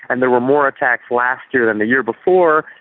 and there were more attacks last year than the year before,